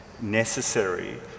necessary